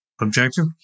objective